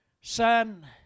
Son